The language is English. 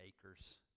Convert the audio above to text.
acres